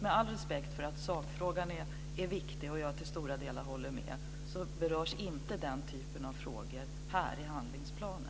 Med all respekt för att sakfrågan är viktigt och att jag till stora delar håller med, vill jag säga att den typen av frågor inte berörs i handlingsplanen.